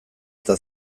eta